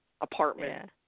apartment